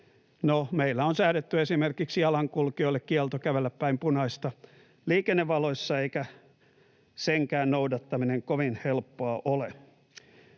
meillä on säädetty esimerkiksi jalankulkijoille kielto kävellä päin punaista liikennevaloissa, eikä senkään noudattaminen kovin helppoa ole.